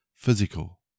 physical